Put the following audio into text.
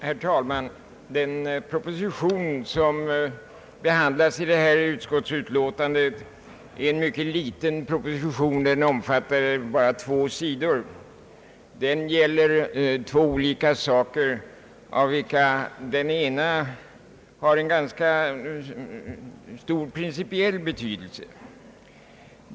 Herr talman! Den proposition som behandlas i detta utskottsutlåtande är mycket liten. Den omfattar bara två sidor. Propositionen gäller två olika saker, av vilka den ena har en ganska stor principiell betydelse.